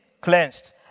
cleansed